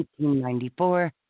1894